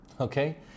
okay